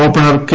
opener K